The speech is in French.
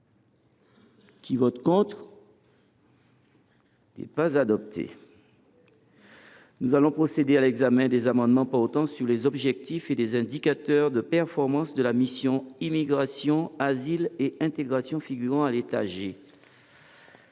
aux voix ces crédits, modifiés. Nous allons procéder à l’examen des amendements portant sur les objectifs et indicateurs de performance de la mission « Immigration, asile et intégration », figurant à l’état G.